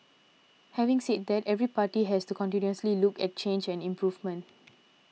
having said that every party has to continuously look at change and improvement